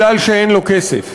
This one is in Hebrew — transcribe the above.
כי אין לו כסף.